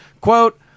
Quote